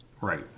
Right